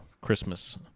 Christmas